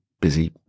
busy